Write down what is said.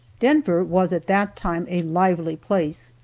denver was at that time a lively place,